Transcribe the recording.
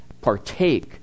partake